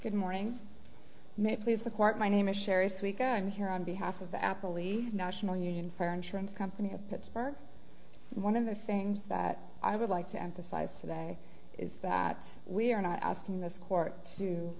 good morning mc please the court my name is sherry squeak i'm here on behalf of apple e national union for insurance company of pittsburgh one of the things that i would like to emphasize today is that we are not asking this court to